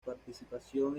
participación